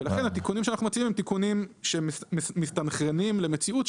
ולכן התיקונים שאנחנו מציעים הם תיקונים שמסתנכרנים למציאות,